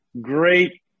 great